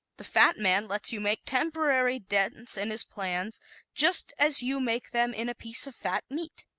the fat man lets you make temporary dents in his plans just as you make them in a piece of fat meat.